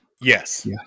Yes